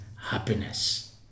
happiness